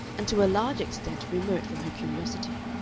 and to a large extent remote from her curiosity.